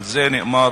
על זה נאמר,